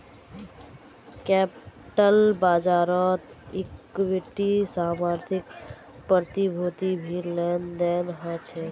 capital बाज़ारत equity समर्थित प्रतिभूतिर भी लेन देन ह छे